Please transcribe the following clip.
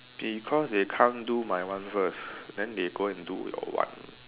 because they can't do my one first then they go and do your one